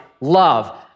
love